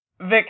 Vic